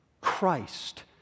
Christ